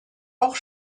auch